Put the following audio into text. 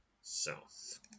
south